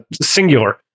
singular